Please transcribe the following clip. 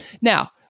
Now